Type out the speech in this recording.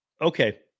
okay